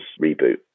reboot